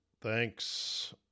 thanks